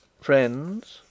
Friends